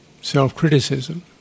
Self-criticism